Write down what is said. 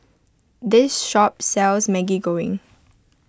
this shop sells Maggi Goreng